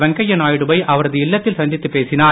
வெங்கைய நாயுடுவை அவரது இல்லத்தில் சந்தித்து பேசினார்